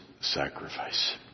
sacrifice